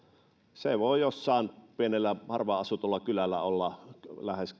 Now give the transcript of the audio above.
se voi jossain pienellä harvaan asutulla kylällä olla lähes